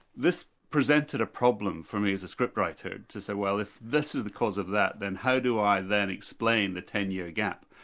this presented a problem for me as a scriptwriter, to say, well, if this is the cause of that, then how do i then explain the ten-year gap?